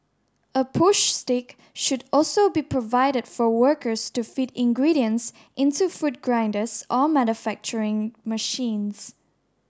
a push stick should also be provided for workers to feed ingredients into food grinders or manufacturing machines